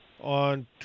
on